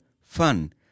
Fun